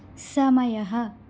समयः